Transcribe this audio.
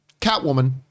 Catwoman